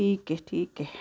ਠੀਕ ਹੈ ਠੀਕ ਹੈ